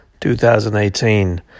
2018